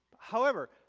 however,